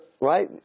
right